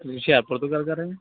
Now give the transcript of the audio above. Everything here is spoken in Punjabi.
ਹੁਸ਼ਿਆਰਪੁਰ ਤੋਂ ਗੱਲ ਕਰ ਰਹੇ